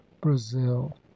brazil